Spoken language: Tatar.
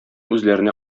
үзләренә